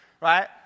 right